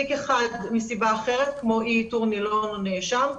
תיק אחד מסיבה אחרת כמו אי איתור נלון או נאשם.